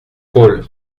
paul